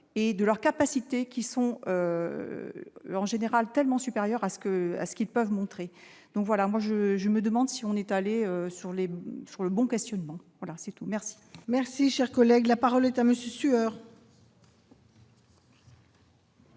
et de leur capacité, qui sont en général tellement supérieur à ce que, à ce qu'ils peuvent montrer donc voilà, moi je, je me demande si on est allé sur les bons sur le bon questionnement, voilà c'est tout, merci. Merci, cher collègue, la parole est à monsieur Sueur.